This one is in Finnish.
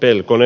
del kolme